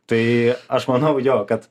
tai aš manau jo kad